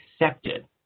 accepted